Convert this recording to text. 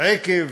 עקב